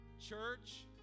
church